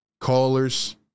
callers